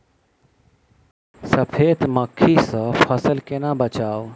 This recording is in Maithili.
सफेद मक्खी सँ फसल केना बचाऊ?